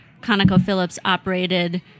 ConocoPhillips-operated